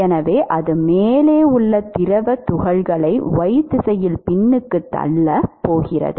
எனவே அது மேலே உள்ள திரவத் துகள்களை y திசையில் பின்னுக்குத் தள்ளப் போகிறது